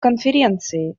конференции